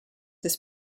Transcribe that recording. this